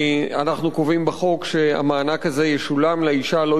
אנחנו קובעים בחוק שהמענק הזה ישולם לאשה לא